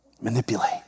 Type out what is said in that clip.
manipulate